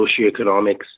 socioeconomics